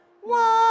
One